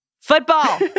football